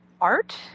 Art